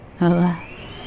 alas